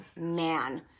man